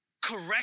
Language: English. correct